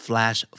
Flash